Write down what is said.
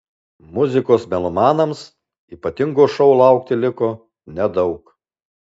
muzikos melomanams ypatingo šou laukti liko nedaug